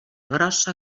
grossa